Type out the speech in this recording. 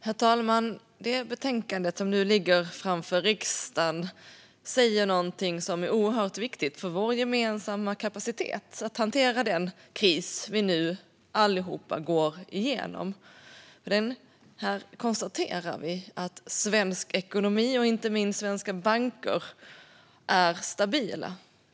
Herr talman! Det betänkande som nu ligger på riksdagens bord säger något som är oerhört viktigt för vår gemensamma kapacitet att hantera den kris som vi alla nu går igenom. I betänkandet konstaterar vi att svensk ekonomi och inte minst svenska banker är stabila.